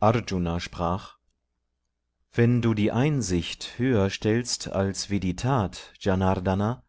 arjuna sprach wenn du die einsicht höher stellst als wie die tat janrdana